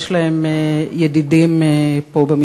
יש להם ידידים פה,